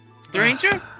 Stranger